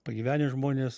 pagyvenę žmonės